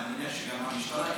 ואני מניח שגם המשטרה,